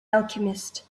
alchemist